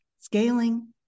Scaling